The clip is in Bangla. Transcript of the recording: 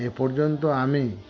এ পর্যন্ত আমি